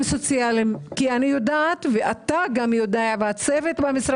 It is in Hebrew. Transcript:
בכיוון הזה ואז התקציב שניתן להן מתחילת השנה למסגרות חוץ ביתיות,